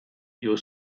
you